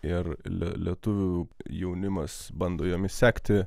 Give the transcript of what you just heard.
ir lietuvių jaunimas bando jomis sekti